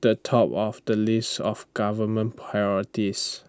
the top of the list of government priorities